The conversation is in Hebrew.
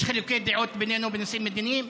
יש חילוקי דעות בינינו בנושאים מדיניים,